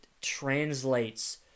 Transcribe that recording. translates